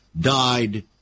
died